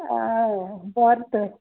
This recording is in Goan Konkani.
बर तर